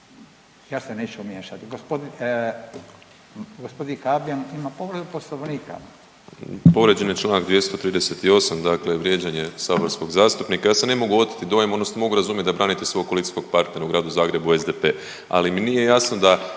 ja se neću miješat. Gospodin Habijan ima povredu poslovnika.